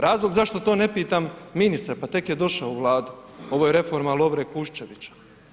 Razlog zašto to ne pitam ministra, pa tek je došao u Vladu, ovo je reforma Lovre Kuščevića.